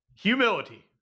Humility